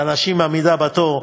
מאנשים מעמידה בתור,